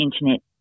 internet